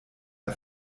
der